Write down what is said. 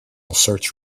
search